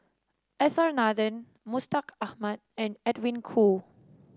S R Nathan Mustaq Ahmad and Edwin Koo